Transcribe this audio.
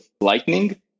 Lightning